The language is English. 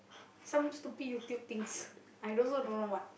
some stupid YouTube things I also don't know what